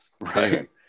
Right